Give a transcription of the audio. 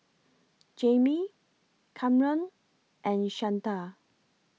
Jaime Kamron and Shanta